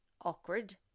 awkward